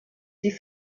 die